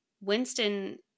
Winston